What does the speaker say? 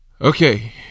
Okay